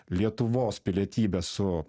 lietuvos pilietybę su